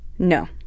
No